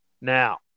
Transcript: now